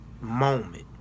moment